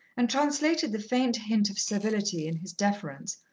and translated the faint hint of servility in his deference,